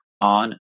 on